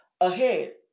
ahead